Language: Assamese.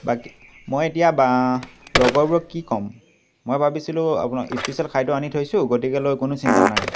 বাকী মই এতিয়া বা লগৰবোৰক কি ক'ম মই ভাবিছিলোঁ আপোনাক স্পিচিয়েল খাদ্য আনি থৈছোঁ গতিকেলৈ কোনো চিন্তা নাই